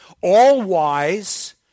all-wise